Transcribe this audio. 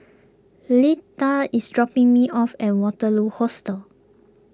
Litha is dropping me off at Waterloo Hostel